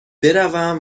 بروم